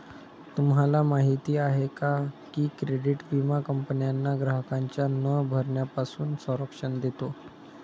तुम्हाला माहिती आहे का की क्रेडिट विमा कंपन्यांना ग्राहकांच्या न भरण्यापासून संरक्षण देतो